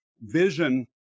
vision